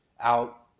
out